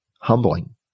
humbling